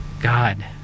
God